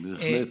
בהחלט.